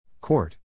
Court